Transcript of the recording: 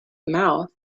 mouth